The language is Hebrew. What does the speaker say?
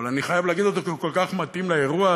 אבל אני חייב להגיד אותו כי הוא כל כך מתאים לאירוע,